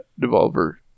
Devolver